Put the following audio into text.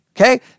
Okay